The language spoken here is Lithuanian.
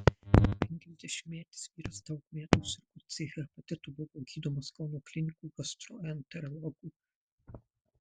penkiasdešimtmetis vyras daug metų sirgo c hepatitu buvo gydomas kauno klinikų gastroenterologų